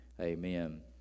Amen